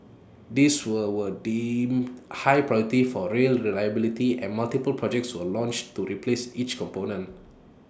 these were were deemed high priority for rail reliability and multiple projects were launched to replace each component